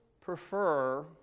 prefer